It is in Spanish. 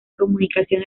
comunicación